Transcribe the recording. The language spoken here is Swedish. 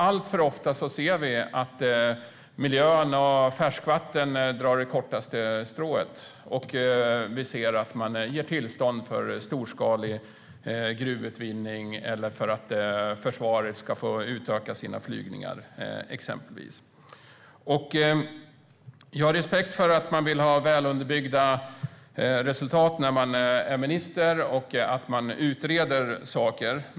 Alltför ofta är det miljö och färskvatten som drar det kortaste strået. Man får tillstånd för storskalig gruvutvinning eller för försvaret att utöka sina flygningar. Jag har respekt för att man som minister vill ha välunderbyggda resultat och därför utreder saker.